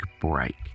break